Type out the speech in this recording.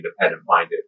independent-minded